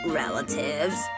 relatives